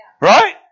Right